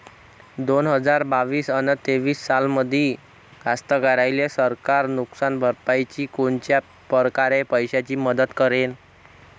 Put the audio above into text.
दोन हजार बावीस अस तेवीस सालामंदी कास्तकाराइले सरकार नुकसान भरपाईची कोनच्या परकारे पैशाची मदत करेन?